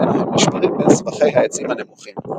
ממנו הם נשמרים בין סבכי העצים הנמוכים.